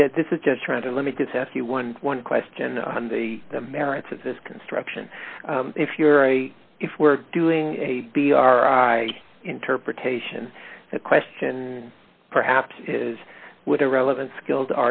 and that this is just trying to let me just ask you eleven question on the the merits of this construction if you're a if we're doing a b r i interpretation the question perhaps is with a relevant skill